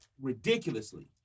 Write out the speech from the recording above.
ridiculously